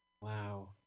Wow